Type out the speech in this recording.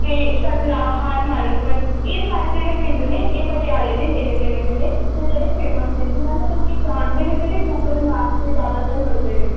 ਅਤੇ ਕਟਲਾ ਅਹਾਰ ਮਾਲਕਪੁਰ ਇਹ ਸਾਰੇ ਜਿਹੜੇ ਪਿੰਡ ਨੇ ਇਹ ਪਟਿਆਲੇ ਦੇ ਨੇੜੇ ਤੇੜੇ ਦੇ ਨੇ ਅਤੇ ਜਿਹੜੇ ਫੇਮਸ ਨੇ ਜਿਨ੍ਹਾਂ ਨੂੰ ਲੋਕ ਜਾਣਦੇ ਨੇ ਜਿਹੜੇ ਗੂਗਲ ਮੈਪਸ 'ਤੇ ਜ਼ਿਆਦਾਤਰ ਮਿਲਦੇ ਨੇ